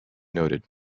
noted